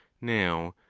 now,